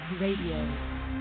Radio